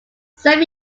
seven